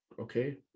okay